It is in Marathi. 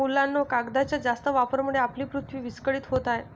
मुलांनो, कागदाच्या जास्त वापरामुळे आपली पृथ्वी विस्कळीत होत आहे